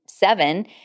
Seven